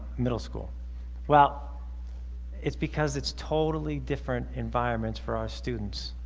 middle school well it's because it's totally different environments for our students